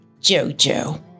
Jojo